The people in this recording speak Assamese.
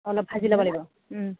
অলপ ভাজি ল'ব লাগিব